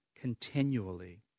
continually